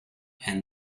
and